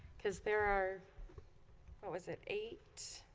because there are what was it eight?